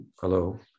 hello